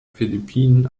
philippinen